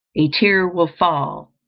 a tear will fall,